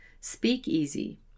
Speakeasy